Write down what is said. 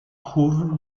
trouve